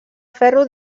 ferro